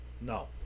No